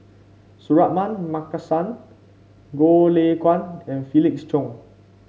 Suratman Markasan Goh Lay Kuan and Felix Cheong